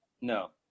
No